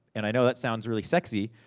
and i know that sounds really sexy,